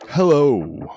Hello